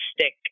stick